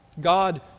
God